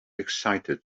excited